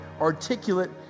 articulate